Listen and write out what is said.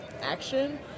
action